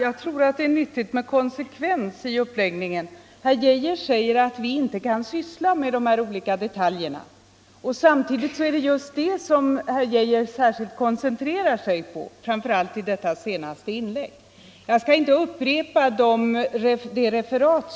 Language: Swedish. Herr talman! Herr Arne Geijer i Stockholm säger att vi inte kan syssla med dessa olika tekniska detaljer, och samtidigt är det just det som herr Geijer särskilt koncentrerar sig på, framför allt i det senaste inlägget.